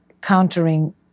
countering